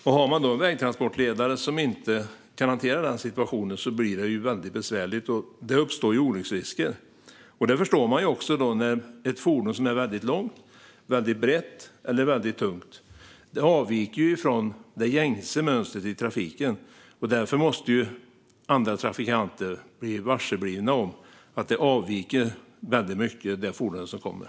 Om vägtransportledaren inte kan hantera situationen blir det väldigt besvärligt, och olycksrisker kan uppstå. Ett fordon som är väldigt långt, brett eller tungt avviker från det gängse mönstret i trafiken, och därför måste andra trafikanter bli varse att det fordon som kommer avviker väldigt mycket.